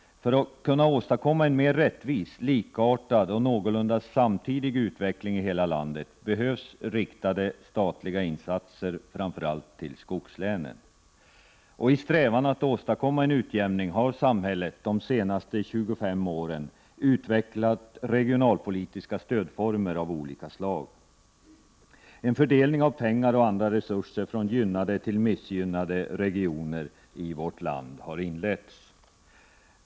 För att kunna åstadkomma en mer rättvis, likartad och någorlunda samtidig utveckling i hela landet, behövs riktade statliga insatser, framför allt i skogslänen. I strävan att åstadkomma en utjämning har samhället de senaste 25 åren utvecklat regionalpolitiska stödformer av olika slag. En fördelning av pengar och andra resurser från gynnade till missgynnade regioner i vårt land har inletts.